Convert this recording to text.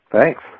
Thanks